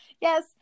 yes